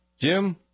Jim